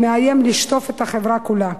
המאיים לשטוף את החברה כולה.